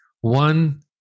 one